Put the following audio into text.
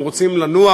הם רוצים לנוח,